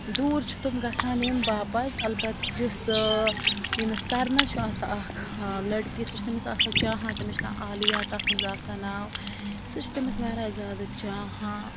دوٗر چھِ تٕم گژھان ییٚمہِ باپَتھ البتہٕ یُس ییٚمِس کَرنَس چھُ آسان اَکھ لٔڑکی سُہ چھُ تٔمِس آسان چاہان تٔمِس چھُ ناو عالیہ تَتھ منٛز آسان ناو سُہ چھُ تٔمِس واریاہ زیادٕ چاہان